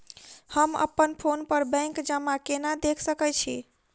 हम अप्पन फोन पर बैंक जमा केना देख सकै छी?